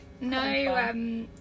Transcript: no